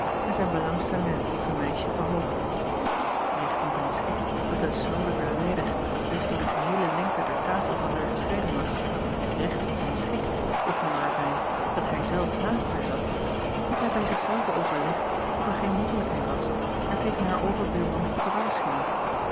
en zijn belangstelling in het lieve meisje verhoogd echt in zijn schik dat de snoode verleider dus door de geheele lengte der tafel van haar gescheiden was recht in zijn schik voegen wij er bij dat hij zelf naast haar zat had hij bij zich zelven overlegd of er geen mogelijkheid was haar tegen haar overbuurman te waarschuwen